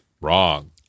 Wrong